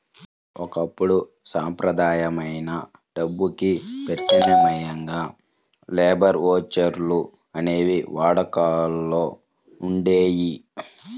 ఒకప్పుడు సంప్రదాయమైన డబ్బుకి ప్రత్యామ్నాయంగా లేబర్ ఓచర్లు అనేవి వాడుకలో ఉండేయి